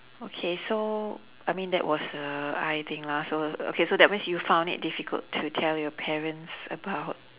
okay so I mean that was uh eye thing lah so okay so that means you found it difficult to tell your parents about